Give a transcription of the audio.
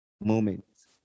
moments